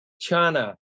China